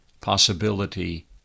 possibility